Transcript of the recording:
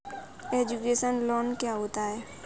Education loan क्या होता है?